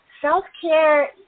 self-care